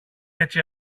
έτσι